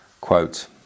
Quote